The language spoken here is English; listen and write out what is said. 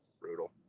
Brutal